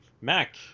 Mac